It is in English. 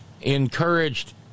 encouraged